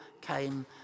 came